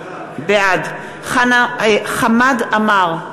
בעד חמד עמאר,